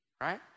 right